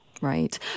Right